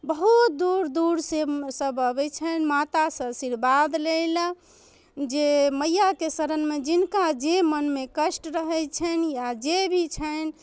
बहुत दूर दूरसँ सभ आबै छनि मातासँ आशीर्वाद लैलए जे मइआके शरणमे जिनका जे मोनमे कष्ट रहै छनि या जे भी छनि